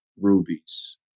rubies